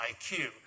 IQ